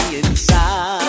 inside